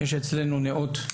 יש אצלנו נאות,